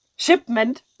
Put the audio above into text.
Shipment